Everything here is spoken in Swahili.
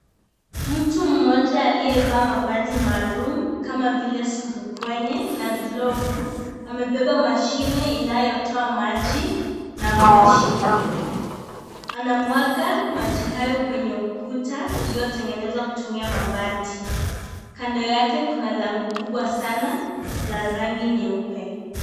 Mtu mmoja aliyevaa mavazi maalum kama vile zurubwenye na glovu amebeba mashine inayotoa maji na Moshi. Anamwaga maji hayo kwenye ukuta uliotengenezwa kutumia mabati. Kando yake kuna lango kubwa sana la rangi nyeupe.